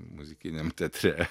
muzikiniam teatre